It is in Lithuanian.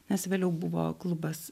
nes vėliau buvo klubas